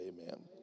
amen